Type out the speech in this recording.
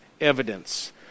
evidence